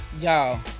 y'all